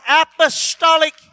apostolic